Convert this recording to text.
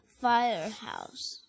firehouse